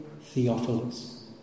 Theophilus